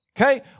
Okay